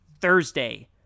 thursday